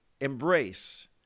embrace